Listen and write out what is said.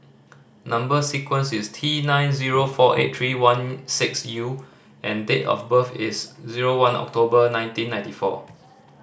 number sequence is T nine zero four eight three one six U and date of birth is zero one October nineteen ninety four